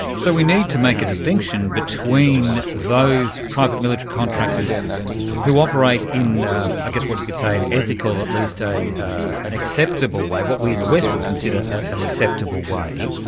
so we need to make a distinction between those private military contractors who operate in i guess what you could say an ethical, at least an acceptable way, what we in the west would consider ah an acceptable way,